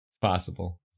Possible